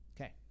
Okay